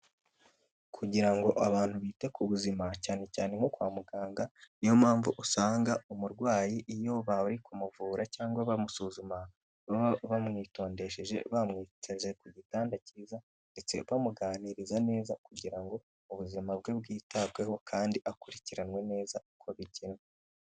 Kugira ngo abantu bite ku buzima cyane cyane nko kwa muganga niyo mpamvu usanga umurwayi iyo bari kumuvura cyangwa bamusuzuma baba bamwitondesheje bamwiteze ku gitanda cyiza ndetse bamuganiriza neza kugira ngo ubuzima bwe bwitabweho kandi akurikiranwe neza uko bigenwe.